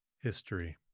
History